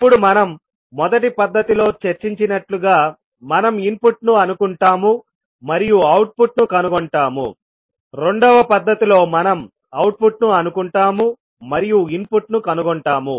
ఇప్పుడుమనం మొదటి పద్ధతిలో చర్చించినట్లుగామనం ఇన్పుట్ ను అనుకుంటాము మరియు అవుట్పుట్ ను కనుగొంటామురెండవ పద్ధతిలో మనం అవుట్పుట్ ను అనుకుంటాము మరియు ఇన్పుట్ ను కనుగొంటాము